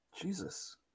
Jesus